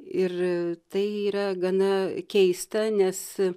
ir tai yra gana keista nes